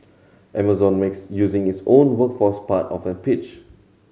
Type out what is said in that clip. Amazon makes using its own workforce part of the pitch